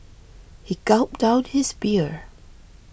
he gulped down his beer